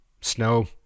Snow